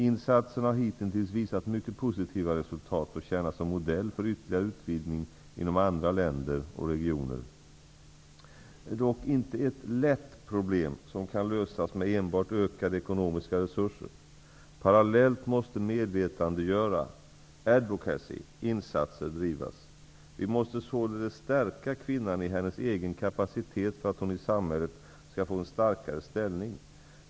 Insatserna har hitintills visat mycket positiva resultat och tjänar som modell för ytterligare utvidgning inom andra länder och regioner. Det här är dock inte ett ''lätt'' problem som kan lösas med enbart ökade ekonomiska resurser. Parallellt måste ''medvetandegörande'' insatser drivas. Vi måste således stärka kvinnan i hennes egen kapacitet för att hon i samhället skall få en starkare ställning.